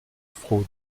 fraude